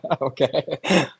Okay